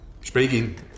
Speaking